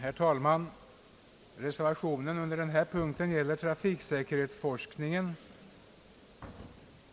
Herr talman! Reservationen under denna punkt gäller trafiksäkerhetsforskningen.